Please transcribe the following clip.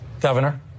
Governor